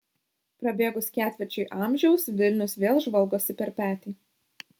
prabėgus ketvirčiui amžiaus vilnius vėl žvalgosi per petį